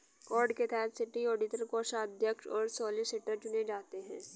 code के तहत city auditor, कोषाध्यक्ष और सॉलिसिटर चुने जाते हैं